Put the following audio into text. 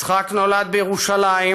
יצחק נולד בירושלים,